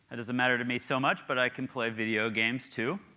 doesn't matter to me so much, but i can play video games too.